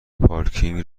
پارکینگ